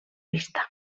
vista